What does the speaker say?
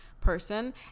person